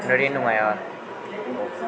नड़ीनुए